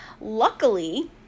luckily